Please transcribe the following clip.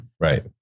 Right